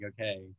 okay